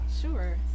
sure